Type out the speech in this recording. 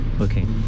okay